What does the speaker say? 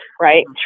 right